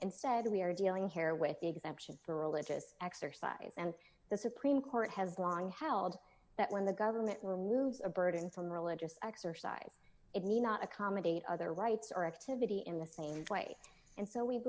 and said we are dealing here with the exemption for religious exercise and the supreme court has long held that when the government removes a burden from religious exercise it may not accommodate other rights or activity in the same way and so we